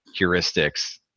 heuristics